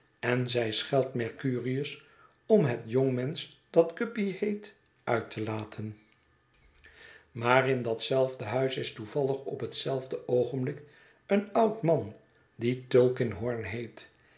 en zij schelt mercurius om het jonge mensch dat guppy heet uit te laten mijnheer guppy wordt de devli gewezen maar in dat zelfde huis is toevallig op hetzelfde oogenblik een oud man die tulkinghorn heet